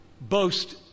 Boast